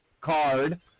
card